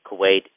Kuwait